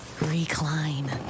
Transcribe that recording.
Recline